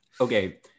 Okay